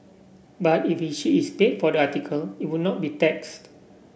but if if she is paid for the article it would not be taxed